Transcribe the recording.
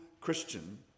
Christian